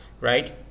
right